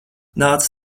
nāc